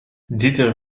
dieter